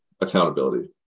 accountability